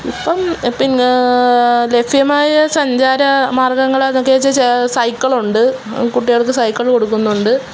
ഇപ്പോള് പിന്നെ ലഭ്യമായ സഞ്ചാര മാര്ഗങ്ങളേതെന്ന് ചോദിച്ചാല് സൈക്കിളുണ്ട് കുട്ടികള്ക്ക് സൈക്കിള് കൊടുക്കുന്നുണ്ട്